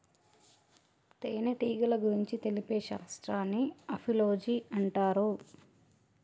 తేనెటీగల గురించి తెలిపే శాస్త్రాన్ని ఆపిలోజి అంటారు